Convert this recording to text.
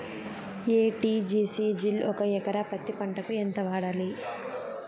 ఎ.టి.జి.సి జిల్ ఒక ఎకరా పత్తి పంటకు ఎంత వాడాలి?